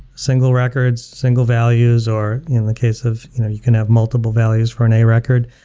single records single values, or in the case of you know you can have multiple values for an a record.